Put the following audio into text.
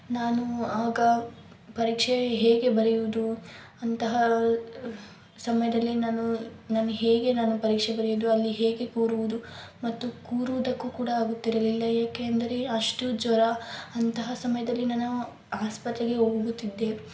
ನಾನು ಆಗ ಪರೀಕ್ಷೆ ಹೇಗೆ ಬರೆಯುವುದು ಅಂತಹ ಸಮಯದಲ್ಲಿ ನಾನು ನಾನು ಹೇಗೆ ನಾನು ಪರೀಕ್ಷೆ ಬರೆಯುವುದು ಅಲ್ಲಿ ಹೇಗೆ ಕೂರುವುದು ಮತ್ತು ಕೂರುವುದಕ್ಕೂ ಕೂಡ ಆಗುತ್ತಿರಲಿಲ್ಲ ಏಕೆ ಎಂದರೆ ಅಷ್ಟು ಜ್ವರ ಅಂತಹ ಸಮಯದಲ್ಲಿ ನಾನು ಆಸ್ಪತ್ರೆಗೆ ಹೋಗುತ್ತಿದ್ದೆ